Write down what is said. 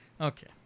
Okay